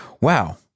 Wow